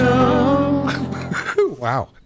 Wow